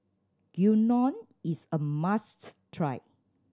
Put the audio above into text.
gyudon is a must try